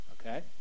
Okay